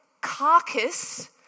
carcass